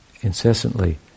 incessantly